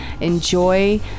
Enjoy